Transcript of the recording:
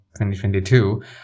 2022